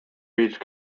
beach